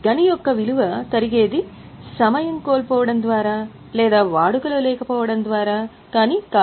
గని యొక్క విలువ తరిగేది సమయం కోల్పోవడం ద్వారా లేదా వాడుకలో లేకపోవడం ద్వారా కానీ కాదు